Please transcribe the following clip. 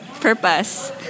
purpose